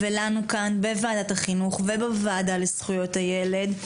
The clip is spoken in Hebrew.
ולנו כאן בוועדת החינוך ובוועדה לזכויות הילד,